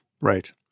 right